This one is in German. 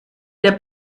der